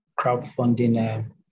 crowdfunding